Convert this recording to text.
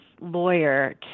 lawyer